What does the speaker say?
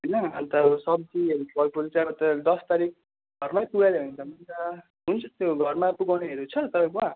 होइन अन्त सब्जीहरू फलफुल चाहिँ अन्त दस तारिक घरमै पुऱ्याइदियो भने त हुन्छ हुन्छ त्यो घरमा पुगाउनेहरू छ तपाईँकोमा